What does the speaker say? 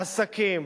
עסקים"